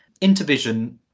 Intervision